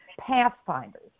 pathfinders